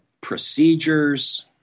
procedures